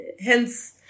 hence